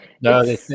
No